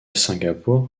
singapour